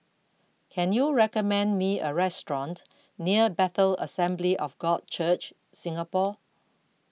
can you recommend me a restaurant near Bethel Assembly of God Church Singapore